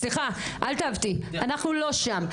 סליחה, אל תעוותי, אנחנו לא שם.